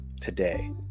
today